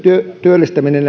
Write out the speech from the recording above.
työllistäminen